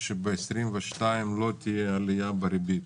שב-2022 לא תהיה עלייה בריבית.